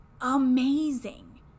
amazing